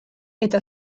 eta